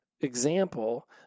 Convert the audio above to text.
example